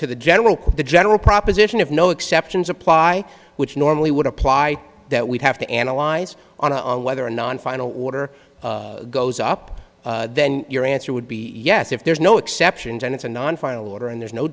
to the general the general proposition if no exceptions apply which normally would apply that we'd have to analyze on whether a non final order goes up then your answer would be yes if there's no exceptions and it's a non final order and there's no